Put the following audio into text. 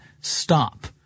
stop